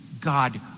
God